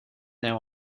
now